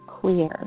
clear